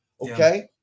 okay